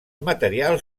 materials